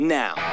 now